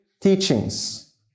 teachings